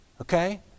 Okay